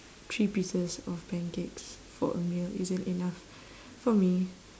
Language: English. three pieces of pancakes for a meal isn't enough for me